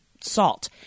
salt